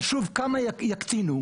חשוב כמה יקטינו,